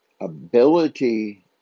ability